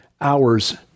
hours